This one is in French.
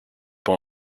pas